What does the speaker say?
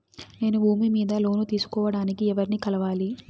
నేను భూమి మీద లోను తీసుకోడానికి ఎవర్ని కలవాలి?